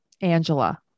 Angela